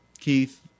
Keith